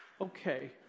Okay